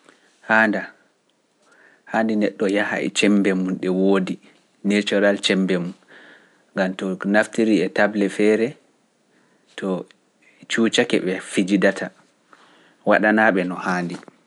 haandaa, hanndi neɗɗo yaha e cemmbe mum ɗe woodi, natural cemmbe mum, ngam to ko- to nastirii e tagle too cuucake ɓe pijidata, waɗanaa-ɓe no haandi.